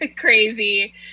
crazy